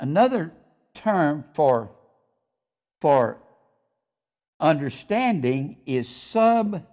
another term for for understanding is s